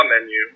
menu